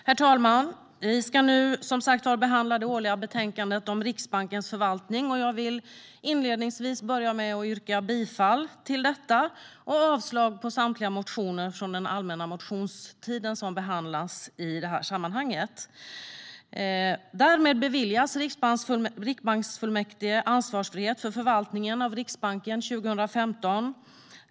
Herr talman! Vi ska nu behandla det årliga betänkandet om Riksbankens förvaltning. Riksbankens förvaltning 2015 Jag vill inledningsvis yrka bifall till förslaget i betänkandet och avslag på samtliga motioner från den allmänna motionstiden som behandlas i betänkandet. Med förslaget till beslut beviljas Riksbanksfullmäktige ansvarsfrihet för förvaltningen av Riksbanken 2015.